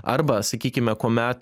arba sakykime kuomet